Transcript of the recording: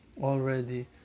already